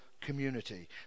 community